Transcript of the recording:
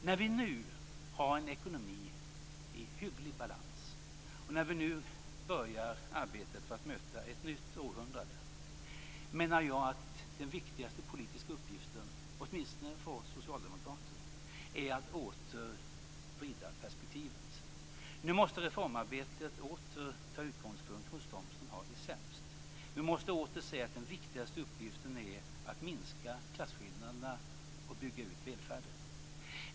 När vi nu har en ekonomi i hygglig balans och när vi nu börjar arbetet för att möta ett nytt århundrade, menar jag att den viktigaste politiska uppgiften, åtminstone för oss socialdemokrater, är att åter vrida perspektivet. Nu måste reformarbetet åter ta sin utgångspunkt hos dem som har det sämst. Vi måste åter se att den viktigaste uppgiften är att minska klasskillnaderna och bygga ut välfärden.